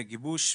גיבוש,